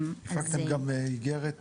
יש לכם גם איגרת